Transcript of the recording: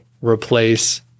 replace